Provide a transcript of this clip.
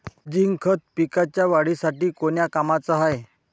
Zinc खत पिकाच्या वाढीसाठी कोन्या कामाचं हाये?